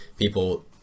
people